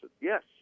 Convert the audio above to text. Yes